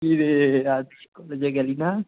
কীরে আজ কলেজে গেলি না